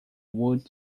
wood